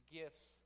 gifts